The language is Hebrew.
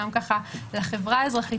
גם לחברה האזרחית,